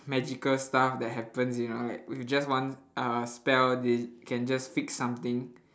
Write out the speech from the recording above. magical stuff that happens you know like with just one uh spell they can just fix something